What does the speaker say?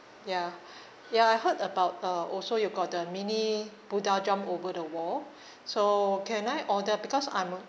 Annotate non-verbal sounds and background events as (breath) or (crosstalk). ya (breath) ya I heard about uh also you got the mini buddha jump over the wall so can I order because I'm